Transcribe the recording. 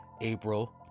April